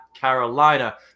carolina